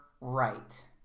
right